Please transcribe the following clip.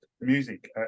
music